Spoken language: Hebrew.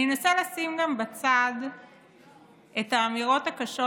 אני אנסה גם לשים בצד את האמירות הקשות,